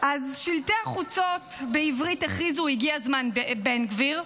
אז שלטי חוצות בעברית הכריזו: הגיע זמן בן גביר,